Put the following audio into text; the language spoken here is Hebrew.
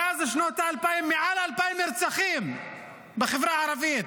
מאז שנת 2000, מעל 2,000 נרצחים בחברה הערבית.